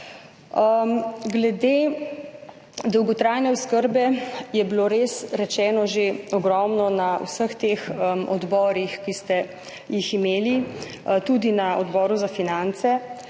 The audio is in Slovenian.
Glede dolgotrajne oskrbe je bilo res rečeno že ogromno na vseh teh odborih, ki ste jih imeli, tudi na Odboru za finance.